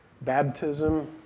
baptism